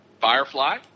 Firefly